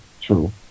true